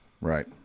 Right